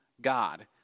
God